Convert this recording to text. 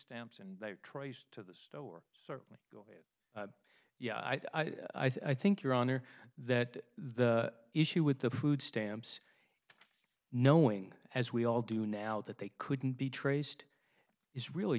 stamps and traced to the store certainly yeah i think your honor that the issue with the food stamps knowing as we all do now that they couldn't be traced is really